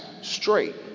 straight